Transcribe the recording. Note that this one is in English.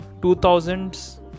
2000s